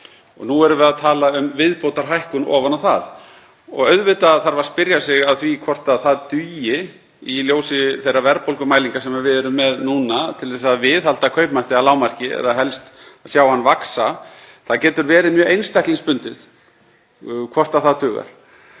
Nú erum við að tala um viðbótarhækkun ofan á það. Auðvitað þarf að spyrja sig að því hvort það dugi í ljósi þeirra verðbólgumælinga sem við erum með núna til að viðhalda kaupmætti að lágmarki eða helst sjá hann vaxa. Það getur verið mjög einstaklingsbundið hvort það dugar